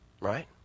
Right